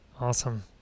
awesome